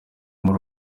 muri